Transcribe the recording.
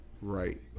right